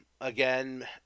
again